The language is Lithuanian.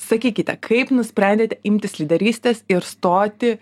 sakykite kaip nusprendėte imtis lyderystės ir stoti